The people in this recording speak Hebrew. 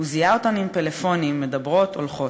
"הוא זיהה אותן עם פלאפונים, מדברות, הולכות.